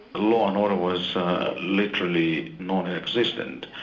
law and order was literally non-existent.